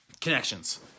connections